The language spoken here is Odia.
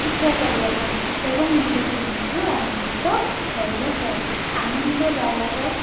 ଶିକ୍ଷା କରିବାପାଇଁ ଏବଂ ନିଜର ମନକୁ ଆନନ୍ଦିତ କରିବାପାଇଁ ଆନନ୍ଦ ଦାୟକ